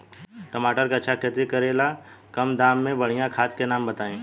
टमाटर के अच्छा खेती करेला कम दाम मे बढ़िया खाद के नाम बताई?